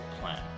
plan